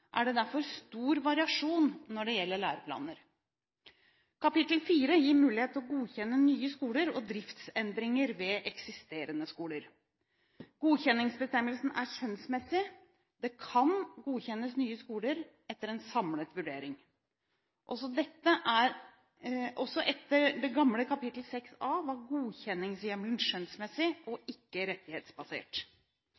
er det derfor stor variasjon når det gjelder læreplaner. Kapittel 4 gir mulighet til å godkjenne nye skoler og driftsendringer ved eksisterende skoler. Godkjenningsbestemmelsen er skjønnsmessig – det «kan» godkjennes nye skoler «etter en samlet vurdering». Også etter det gamle kapittel 6A var godkjenningshjemmelen skjønnsmessig og